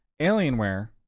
Alienware